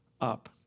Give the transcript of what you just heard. up